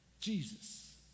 Jesus